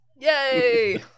Yay